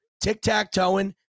tic-tac-toeing